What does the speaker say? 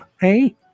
hey